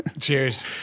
Cheers